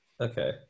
Okay